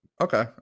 okay